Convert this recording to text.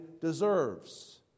deserves